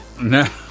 No